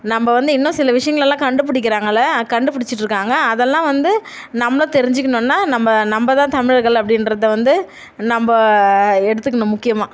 நம்ம வந்து இன்னும் சில விஷயங்கள் எல்லாம் கண்டுபிடிக்கிறாங்கள்ல கண்டுபிடிச்சிட்டுருக்காங்க அதெல்லாம் வந்து நம்மளும் தெரிஞ்சிக்கணும்ன்னா நம்ம நம்ம தான் தமிழர்கள் அப்படின்றத வந்து நம்ம எடுத்துக்கணும் முக்கியமாக